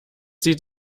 sieht